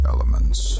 Elements